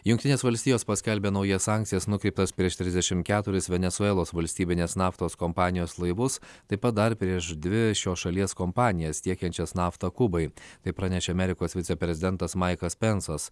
jungtinės valstijos paskelbė naujas sankcijas nukreiptas prieš trisdešim keturis venesuelos valstybinės naftos kompanijos laivus taip pat dar prieš dvi šios šalies kompanijas tiekiančias naftą kubai tai pranešė amerikos viceprezidentas maikas pensas